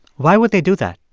why would they do that?